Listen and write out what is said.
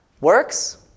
works